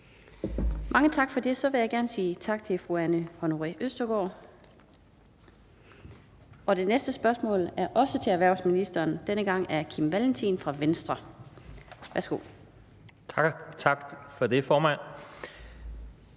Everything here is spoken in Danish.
Mange tak for det. Så vil jeg gerne sige tak til fru Anne Honoré Østergaard. Det næste spørgsmål er også til erhvervsministeren, denne gang af Kim Valentin fra Venstre. Kl. 16:25 Spm. nr.